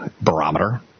barometer